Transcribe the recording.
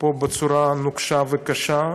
פה בצורה נוקשה וקשה,